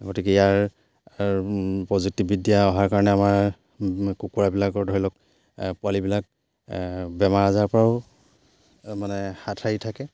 গতিকে ইয়াৰ প্ৰযুক্তিবিদ্যা অহাৰ কাৰণে আমাৰ কুকুৰাবিলাকৰ ধৰি লওক পোৱালিবিলাক বেমাৰ আজাৰৰ পৰাও মানে হাত সাৰি থাকে